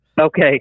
okay